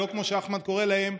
ולא כמו שאחמד קורא להם,